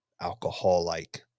alcohol-like